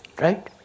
right? –